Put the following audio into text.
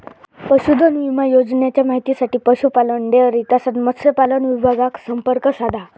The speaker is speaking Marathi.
पशुधन विमा योजनेच्या माहितीसाठी पशुपालन, डेअरी तसाच मत्स्यपालन विभागाक संपर्क साधा